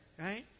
Right